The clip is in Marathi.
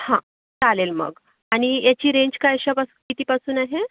हा चालेल मग आणि याची रेंन्ज कायशापास कितीपासून आहे